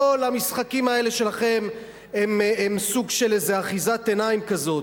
כל המשחקים האלה שלכם הם סוג של איזה אחיזת עיניים כזאת.